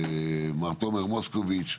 למר תומר מוסקוביץ',